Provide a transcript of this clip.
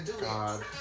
God